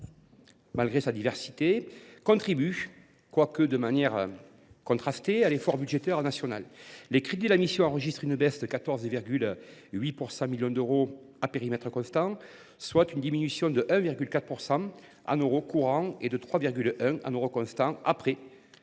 malgré sa diversité, contribue, quoique de manière contrastée, à l’effort budgétaire national. Les crédits de la mission subissent ainsi une baisse de 14,8 millions d’euros à périmètre constant, soit une diminution de 1,4 % en euros courants et de 3,1 % en euros constants, après prise